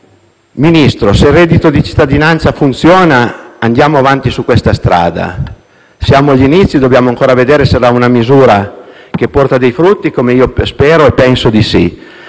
Signor Ministro, se il reddito di cittadinanza funziona andiamo avanti su questa strada; siamo agli inizi e dobbiamo ancora vedere se è una misura che porta dei frutti, come spero e penso.